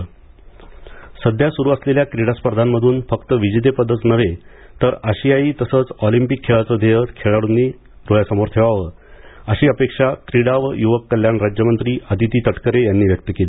अदिती तटकरे सध्या सुरू असलेल्या क्रीडा स्पर्धामधून फक्त विजेतेपदच नव्हे तर आशियायी तसंच ऑलिम्पिक खेळाचे ध्येय खेळाडूंनी डोळ्यासमोर ठेवावे अशी अपेक्षा क्रीडा व युवक कल्याण राज्यमंत्री अदिती तटकरे यांनी व्यक्त केली